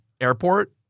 airport